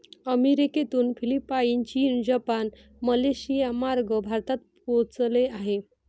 अमेरिकेतून फिलिपाईन, चीन, जपान, मलेशियामार्गे भारतात पोहोचले आहे